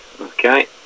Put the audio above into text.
Okay